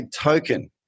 token